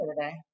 today